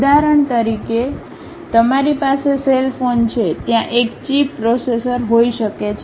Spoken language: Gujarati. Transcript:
ઉદાહરણ તરીકે જેમ કે તમારી પાસે સેલ ફોન છે ત્યાં એક ચિપ પ્રોસેસર હોઈ શકે છે